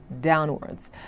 downwards